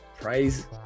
praise